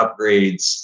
upgrades